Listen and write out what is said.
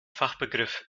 fachbegriff